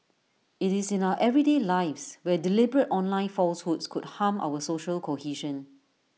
IT is in our everyday lives where deliberate online falsehoods could harm our social cohesion